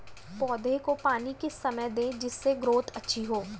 पौधे को पानी किस समय दें जिससे ग्रोथ अच्छी हो?